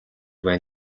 байна